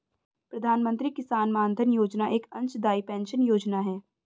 प्रधानमंत्री किसान मानधन योजना एक अंशदाई पेंशन योजना है